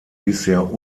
bisher